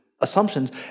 assumptions